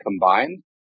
combined